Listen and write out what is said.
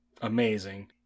amazing